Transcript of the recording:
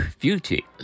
beauty